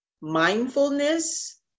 mindfulness